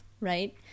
right